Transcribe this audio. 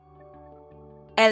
EL